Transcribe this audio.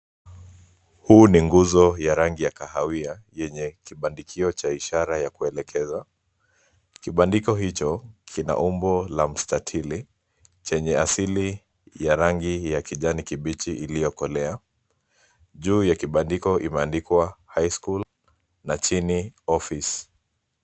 Huu ni nguzo ya rangi ya kahawia, yenye kibandikio cha ishara ya kuelekeza. Kibandiko hicho, kina umbo la mstatili, chenye asili ya rangi ya kijani kibichi iliokolea. Juu ya kibandiko imeandikwa, highschool , na chini office .